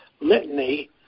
litany